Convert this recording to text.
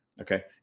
Okay